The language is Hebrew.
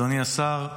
אדוני השר,